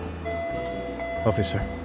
Officer